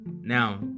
Now